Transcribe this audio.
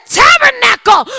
tabernacle